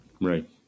Right